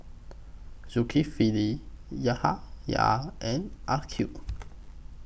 Zulkifli Yahaya and Aqil